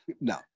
no